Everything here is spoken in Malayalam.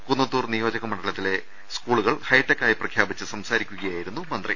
കുന്നത്തൂർ നിയോജക മണ്ഡലത്തിലെ സ്കൂളുകൾ ഹൈടെക് ആയി പ്രഖ്യാപിച്ച് സംസാരിക്കുകയായിരുന്നു മന്ത്രി